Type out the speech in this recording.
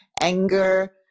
anger